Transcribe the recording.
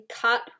cut